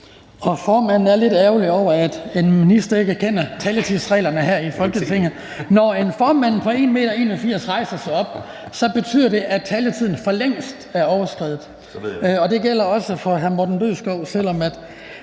formanden er lidt ærgerlig over, at en minister ikke kender taletidsreglerne her i Folketinget. Når en formand på 1,81 m rejser sig op, betyder det, at taletiden for længst er overskredet, og det gælder også for erhvervsministeren, selv om